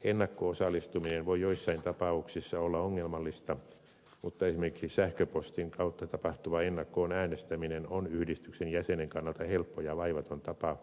ennakko osallistuminen voi joissain tapauksissa olla ongelmallista mutta esimerkiksi sähköpostin kautta tapahtuva ennakkoon äänestäminen on yhdistyksen jäsenen kannalta helppo ja vaivaton tapa